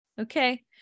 okay